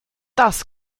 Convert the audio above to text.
das